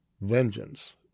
vengeance